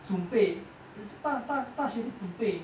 准备大大大学生准备